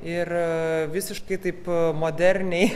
ir visiškai taip moderniai